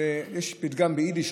יש פתגם ביידיש,